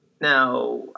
Now